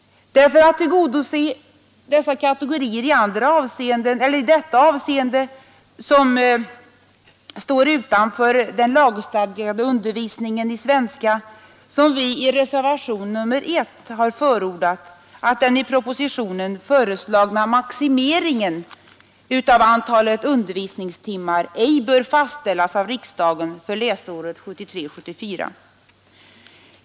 Det är för att i detta avseende tillgodose dessa kategorier, som står utanför den lagstadgade undervisningen i svenska, som vi i reservationen 1 har förordat att den i propositionen föreslagna maximeringen av antalet undervisningstimmar ej bör fastställas av riksdagen för läsåret 1973/74.